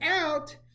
out